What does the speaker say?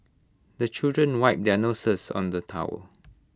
the children wipe their noses on the towel